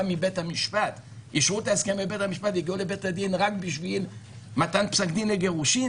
מבית המשפט והגיעו לבית הדין רק בשביל מתן פסק דין לגירושין